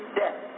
death